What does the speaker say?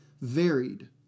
varied